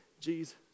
Jesus